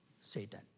Satan